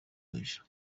wejo